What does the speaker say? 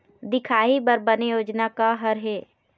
दिखाही बर बने योजना का हर हे?